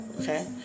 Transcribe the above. Okay